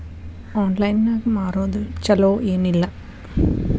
Online ನಾಗ್ ಮಾರೋದು ಛಲೋ ಏನ್ ಇಲ್ಲ?